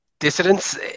dissidents